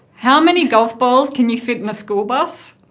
how many golf balls can you fit in a school bus?